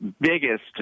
biggest